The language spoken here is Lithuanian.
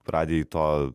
radijai to